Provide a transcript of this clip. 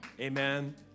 Amen